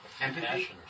empathy